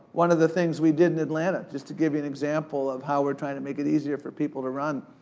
one of the things we did in atlanta, just to give you an example of how we're trying to make it easier for people to run.